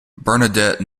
bernadette